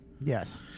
Yes